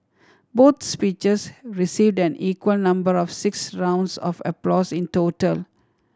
both speeches received an equal number of six rounds of applause in total